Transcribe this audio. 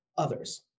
others